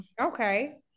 Okay